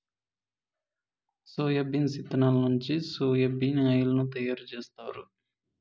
soybeans ఇత్తనాల నుంచి soya bean oil ను తయారు జేత్తారు